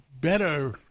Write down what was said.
better